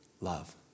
love